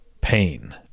pain